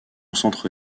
centre